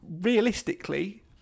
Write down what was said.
realistically